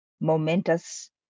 momentous